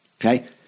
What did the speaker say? okay